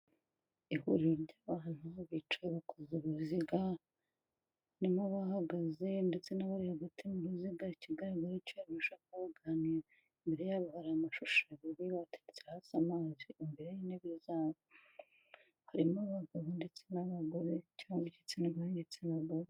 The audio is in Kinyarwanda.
Ihuriro ry'abantu bicaye bakoze uruzigamo bahagaze ndetse na ba hagati mu muziga ikigaragara cyo hari ikintu bashobora kuba baganira, imbere yabo hari amashusho abiri yabatetse hasa amazi imbere y'intebebo harimo abagabo ndetse n'abagore cyangwa igitsina gore n'igitsina gabo.